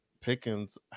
Pickens